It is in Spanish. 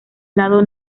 lado